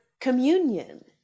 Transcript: communion